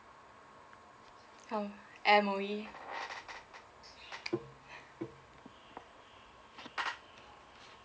oh M_O_E